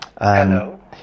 Hello